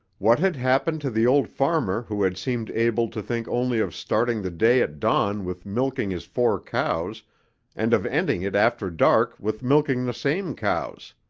what had happened to the old farmer who had seemed able to think only of starting the day at dawn with milking his four cows and of ending it after dark with milking the same cows?